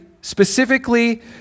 specifically